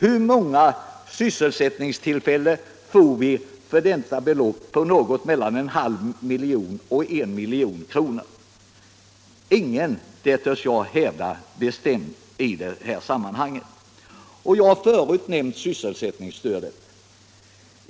Hur många sysselsättningstillfällen får vi för detta belopp på mellan en halv och en miljon kronor? Inget — det törs jag bestämt hävda i detta sammanhang. Jag har förut nämnt sysselsättningsstödet.